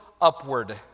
upward